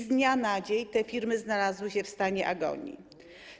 Z dnia na dzień te firmy znalazły się w stanie agonii.